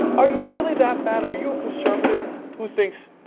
are you really that bad? are you a conservative who thinks,